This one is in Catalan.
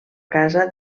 casa